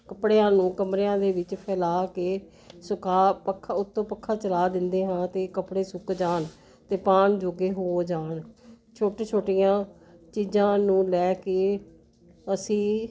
ਕੱਪੜਿਆਂ ਨੂੰ ਕਮਰਿਆਂ ਦੇ ਵਿੱਚ ਫੈਲਾ ਕੇ ਸੁਕਾ ਪੱਖਾ ਉੱਤੋਂ ਪੱਖਾ ਚਲਾ ਦਿੰਦੇ ਹਾਂ ਤੇ ਕੱਪੜੇ ਸੁੱਕ ਜਾਣ ਅਤੇ ਪਾਉਣ ਜੋਗੇ ਹੋ ਜਾਣ ਛੋਟੀ ਛੋਟੀਆਂ ਚੀਜ਼ਾਂ ਨੂੰ ਲੈ ਕੇ ਅਸੀਂ